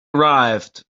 arrived